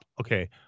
okay